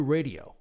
Radio